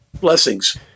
Blessings